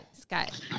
Scott